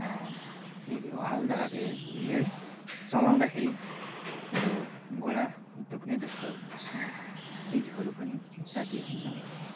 हाल्दा चलाउँदाखेरि मेरो घुँडा दुख्नेजस्तो चिजहरू पनि जाति हुन्छ